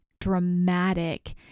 dramatic